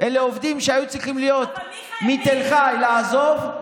אלה עובדים שהיו צריכים להיות מתל חי, לעזוב,